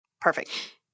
Perfect